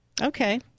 Okay